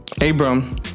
Abram